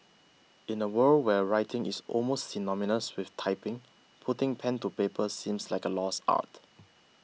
in a world where writing is almost synonymous with typing putting pen to paper seems like a lost art